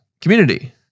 community